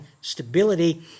stability